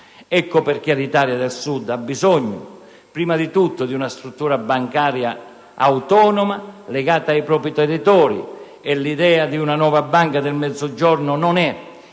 motivo, l'Italia del Sud ha bisogno innanzi tutto di una struttura bancaria autonoma legata ai propri territori. L'idea di una nuova Banca del Mezzogiorno non è